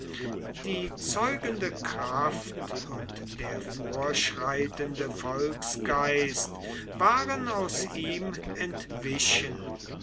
die zeugende kraft und der vorschreitende volksgeist waren aus ihm entwichen